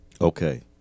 Okay